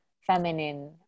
feminine